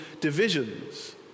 divisions